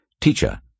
Teacher